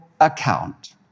account